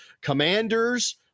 Commanders